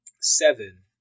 Seven